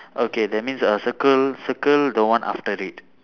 okay that means uh circle circle the one after it